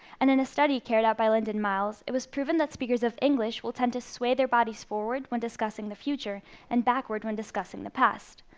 and in a study carried out by lynden miles, it was proven that speakers of english will tend to sway their bodies forward when discussing the future and backward when discussing about the past.